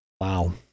Wow